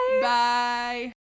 Bye